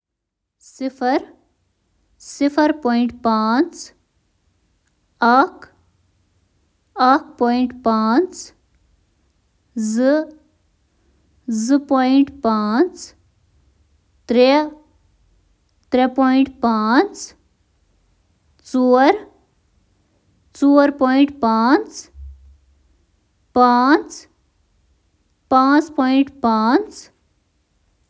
صفر، نصف، ڈوڈ۔ دہیے، سدے ترے، سادسوُر، سدپاس، سادیشی، ساڈے ساہت، سڈے ٲٹھ، ساڈے نائن، ساڈے دہ۔